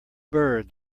bird